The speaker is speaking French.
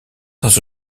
dans